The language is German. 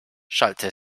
schallte